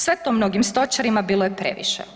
Sve to mnogih stočarima bilo je previše.